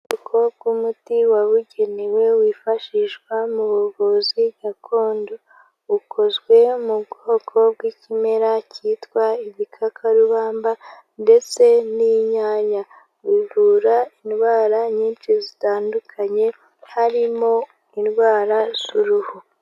Ubwoko bw'umuti wabugenewe wifashishwa mu buvuzi gakondo, ukozwe mu bwoko bw'ikimera cyitwa igikakarubamba ndetse n'inyanya, uvura indwara nyinshi zitandukanye harimo indwara z'uruhu.